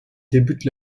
débute